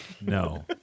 No